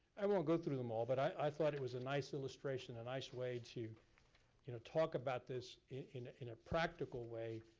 i won't go through them all but i thought it was a nice illustration, a nice way to you know talk about this in in a practical way.